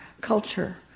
culture